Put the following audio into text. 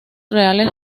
reales